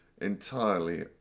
entirely